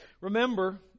Remember